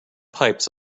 pipes